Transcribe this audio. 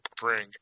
bring